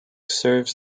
serves